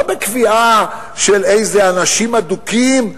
לא בקביעה של איזה אנשים אדוקים,